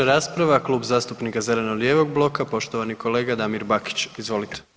3. rasprava Klub zastupnika zeleno-lijevog bloka, poštovani kolega Damir Bakić, izvolite.